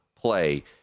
play